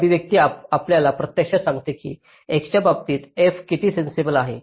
ही अभिव्यक्ती आपल्याला प्रत्यक्षात सांगते की एक्सच्या बाबतीत f किती सेन्सिबल आहे